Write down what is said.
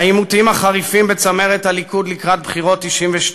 העימותים החריפים בצמרת הליכוד לקראת בחירות 1992,